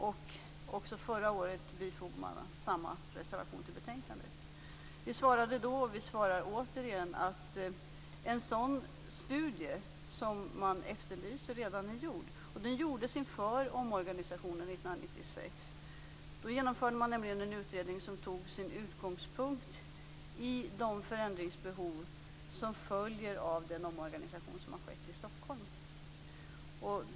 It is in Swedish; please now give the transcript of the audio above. Även förra året bifogade man samma reservation till betänkandet. Vi svarade då, och vi svarar återigen, att en sådan studie som man efterlyser redan är gjord. Den gjordes inför omorganisationen 1996. Då genomförde man nämligen den utredning som tog sin utgångspunkt i de förändringsbehov som följer av den omorganisation som har skett i Stockholm.